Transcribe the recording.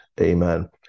amen